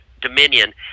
Dominion